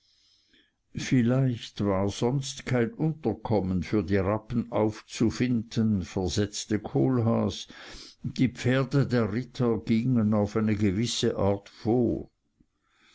vielleicht war sonst kein unterkommen für die rappen aufzufinden versetzte kohlhaas die pferde der ritter gingen auf eine gewisse art vor